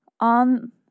On